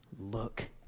Look